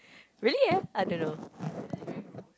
really eh I don't know